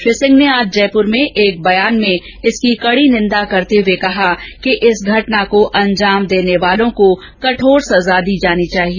श्री सिंह ने आज जयपूर में एक बयान में इसकी कड़ी निंदा करते हये कहा है कि इस घटना को अंजाम देने वालों को कठोर सजा दी जानी चाहिए